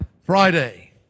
Friday